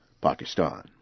Pakistan